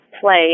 play